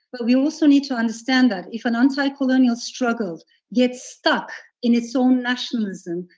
but we also need to understand that if an anticolonial struggle gets stuck in its own nationalism,